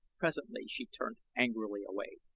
presently she turned angrily away.